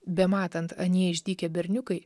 bematant anie išdykę berniukai